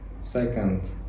Second